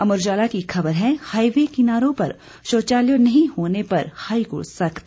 अमर उजाला की एक खबर है हाईवे किनारों पर शौचालय नहीं होने पर हाईकोर्ट सख्त